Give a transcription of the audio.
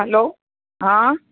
hello હા